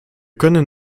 können